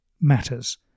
matters